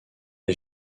est